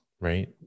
right